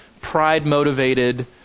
pride-motivated